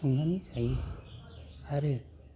संनानै जायो आरो